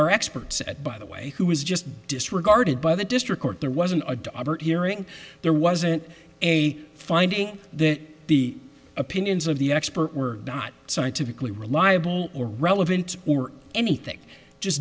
our experts at by the way who was just disregarded by the district court there wasn't a dobber hearing there wasn't a finding that the opinions of the expert were not scientifically reliable or relevant or anything just